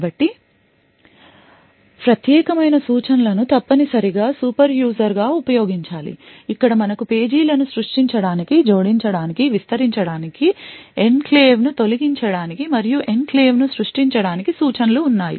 కాబట్టి ప్రత్యేకమైన సూచనలను తప్పనిసరిగా సూపర్ user గా ఉపయోగించాలి ఇక్కడ మనకు పేజీ లను సృష్టించడానికి జోడించడానికి విస్తరించడానికి ఎన్క్లేవ్ను తొలగించడానికి మరియు ఎన్క్లేవ్ను సృష్టించడానికి సూచన లు ఉన్నాయి